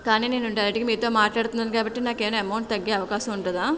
కానీ నేను డైరెక్ట్గా మీతో మాట్లాడుతున్నాను కాబట్టి నాకేమైనా అమౌంట్ తగ్గే అవకాశం ఉంటుందా